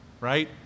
right